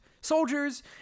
soldiers